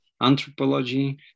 anthropology